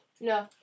No